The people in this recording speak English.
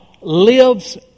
lives